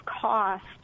cost